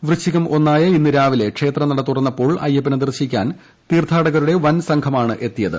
വൃശ്ചികം ഒന്നായ ഇന്ന് രാവിലെ ക്ഷേത്രനട തുറന്നപ്പോൾ അയ്യപ്പനെ ദർശിക്കാൻ തീർത്ഥാടകരുടെ വൻ സംഘമാണ് എത്തിയത്